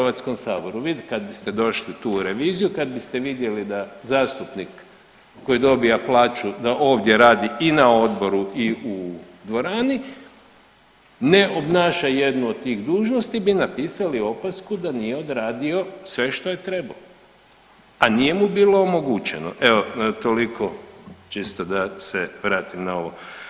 Vi kad biste došli tu u reviziju, kad biste vidjeli da zastupnik koji dobija plaću da ovdje radi i na odboru i u dvorani, ne obnaša jednu od tih dužnosti, bi napisali opasku da nije odradio sve što je trebao, a nije mu bilo omogućeno, evo toliko čisto da se vratim na ovo.